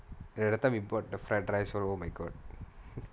ya that time we bought the fried rice oh my god